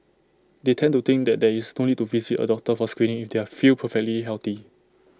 they tend to think that there is no need to visit A doctor for screening if they feel perfectly healthy